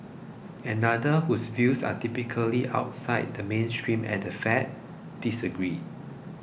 another whose views are typically outside the mainstream at the Fed disagreed